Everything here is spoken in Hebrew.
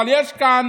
אבל יש כאן